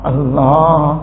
Allah